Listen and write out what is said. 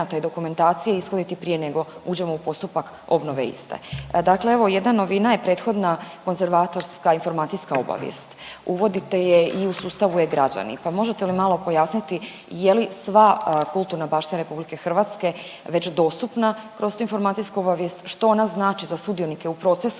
i dokumentacije ishoditi prije nego uđemo u postupak obnove iste. Dakle evo, jedna novina je prethodna konzervatorska informacijska obavijest. Uvodite je i u sustavu e-Građani, pa možete li malo pojasniti je li sva kulturna baština RH već dostupna kroz tu informacijsku obavijest, što ona znači za sudionike u procesu